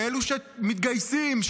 שאלו שמתגייסים,